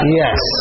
yes